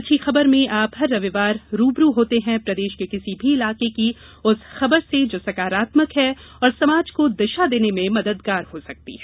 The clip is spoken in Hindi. अच्छी खबर में आप हर रविवार आप रूबरू होते हैं प्रदेश के किसी भी इलाके की उस खबर से जो सकारात्मक है और समाज को दिशा देने में मददगार हो सकती है